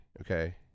okay